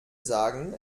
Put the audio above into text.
sagen